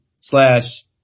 slash